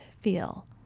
feel